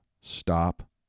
stop